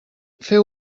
feu